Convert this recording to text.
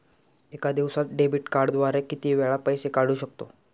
एका दिवसांत डेबिट कार्डद्वारे किती वेळा पैसे काढू शकतो?